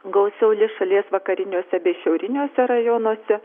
gausiau lis šalies vakariniuose bei šiauriniuose rajonuose